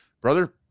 brother